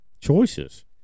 choices